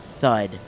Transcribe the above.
thud